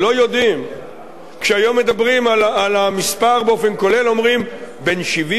כשהיום מדברים על המספר באופן כולל אומרים: בין 70,000 ל-90,000,